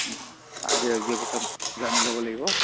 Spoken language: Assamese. আগে এছ ডি অ' অফিচত জানি ল'ব লাগিব